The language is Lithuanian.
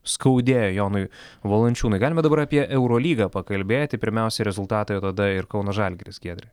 skaudėjo jonui valančiūnui galime dabar apie eurolygą pakalbėti pirmiausiai rezultatai o tada ir kauno žalgiris giedrė